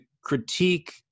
critique